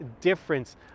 difference